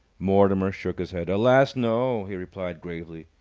mortimer shook his head. alas, no! he replied, gravely.